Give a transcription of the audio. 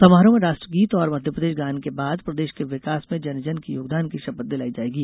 समारोह में राष्ट्रगीत और मध्यप्रदेश गान के बाद प्रदेश के विकास में जन जन के योगदान की शपथ दिलाई जाएगी